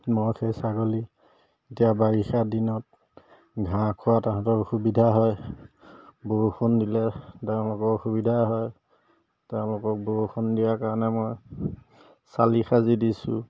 মই সেই ছাগলী এতিয়া বাৰিষা দিনত ঘাঁহ খোৱা তাহাঁতৰ অসুবিধা হয় বৰষুণ দিলে তেওঁলোকৰ অসুবিধা হয় তেওঁলোকক বৰষুণ দিয়াৰ কাৰণে মই চালি সাজি দিছোঁ